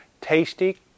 tasty